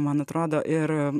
man atrodo ir